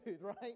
right